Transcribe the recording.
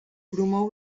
promou